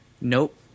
Nope